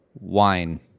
wine